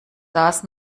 das